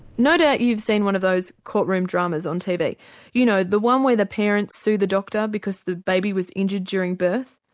no doubt you've seen one of those courtroom dramas on tv, you know the one where the parents sue the doctor because the baby was injured during birth.